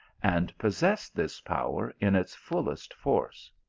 and possess this power in its fullest force.